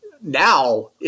Now